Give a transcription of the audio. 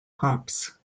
pumps